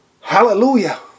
Hallelujah